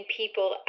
people